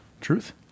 Truth